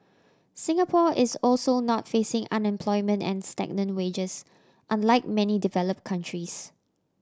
Singapore is also not facing unemployment and stagnant wages unlike many developed countries